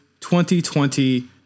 2020